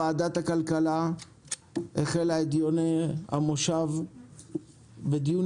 ועדת הכלכלה החלה את דיוני המושב בדיון